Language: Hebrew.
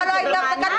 זה לא נעשה במענק.